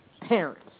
parents